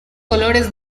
colores